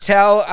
Tell